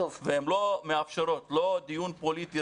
הן לא מאפשרות לא דיון פוליטי,